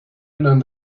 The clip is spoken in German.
innern